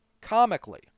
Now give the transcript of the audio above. Comically